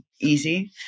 easy